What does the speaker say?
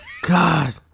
God